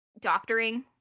Doctoring